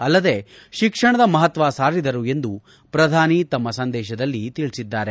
ಅಲ್ಲದೆ ಶಿಕ್ಷಣದ ಮಹತ್ವ ಸಾರಿದರು ಎಂದು ಪ್ರಧಾನಿ ಸಂದೇಶದಲ್ಲಿ ತಿಳಿಸಿದ್ದಾರೆ